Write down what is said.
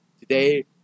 Today